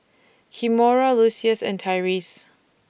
Kimora Lucius and Tyreese